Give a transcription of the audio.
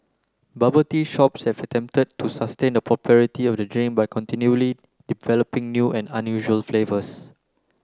bubble tea shops have attempted to sustain the popularity of the drink by continually developing new and unusual flavours